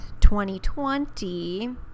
2020